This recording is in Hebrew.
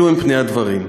אלו הם פני הדברים.